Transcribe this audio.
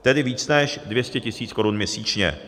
Tedy víc než 200 tisíc korun měsíčně.